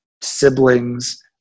siblings